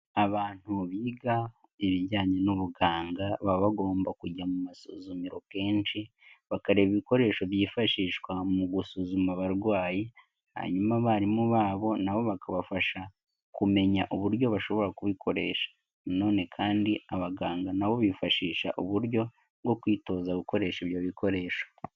Abantu biga ibijyanye n'ubuganga baba bagomba kujya mu masuzumiro kenshi bakareba ibikoresho byifashishwa mu gusuzuma abarwayi, hanyuma abarimu babo na bo bakabafasha kumenya uburyo bashobora kubikoresha, nanone kandi abaganga na bo bifashisha uburyo bwo kwitoza gukoresha ibyo bikoresho.